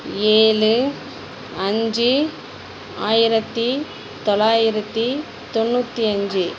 ஏழு அஞ்சு ஆயிரத்தி தொள்ளாயிரத்தி தொண்ணூற்றி அஞ்சு